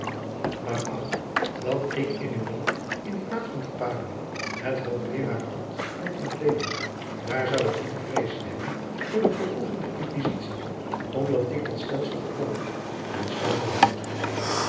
maar ach dat ik in uw land in plaats van te padua het hoogleeraarambt mogt bekleeden daar zou ik niet te vreezen hebben voor de vervolging der inquisitie omdat ik dat stelsel verkondig en staande houd